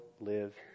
live